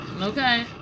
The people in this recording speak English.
okay